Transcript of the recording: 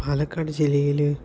പാലക്കാട് ജില്ലയില്